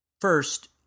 First